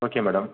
okay madam